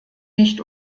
nicht